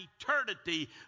eternity